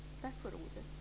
Tack för ordet.